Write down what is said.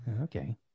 okay